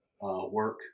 work